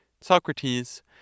Socrates